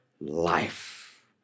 life